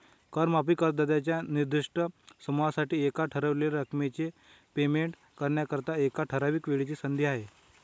कर माफी करदात्यांच्या निर्दिष्ट समूहासाठी एका ठरवलेल्या रकमेचे पेमेंट करण्याकरिता, एका ठराविक वेळेची संधी आहे